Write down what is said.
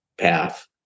path